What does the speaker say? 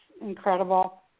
incredible